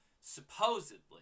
supposedly